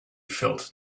felt